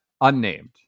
unnamed